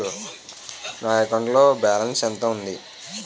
నా అకౌంట్ లో బాలన్స్ ఎంత ఉంది?